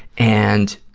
and,